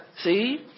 See